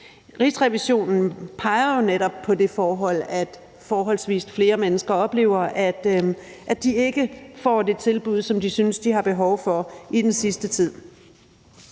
Rigsrevisionen peger jo netop på det forhold, at forholdsvis flere mennesker oplever, at de ikke får det tilbud, som de synes de har behov for i den sidste tid.